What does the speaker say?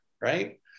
Right